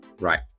right